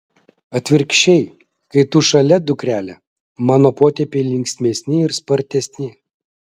atvirkščiai kai tu šalia dukrele mano potėpiai linksmesni ir spartesni